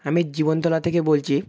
আমি জীবনতলা থেকে বলছি